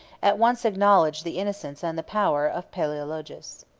at once acknowledged the innocence and the power of palaeologus.